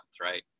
right